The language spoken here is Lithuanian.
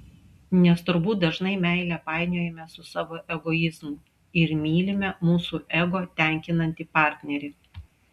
nes turbūt dažnai meilę painiojame su savo egoizmu ir mylime mūsų ego tenkinantį partnerį